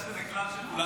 בבקשה, כבוד השר.